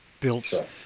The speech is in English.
built